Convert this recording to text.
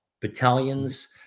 battalions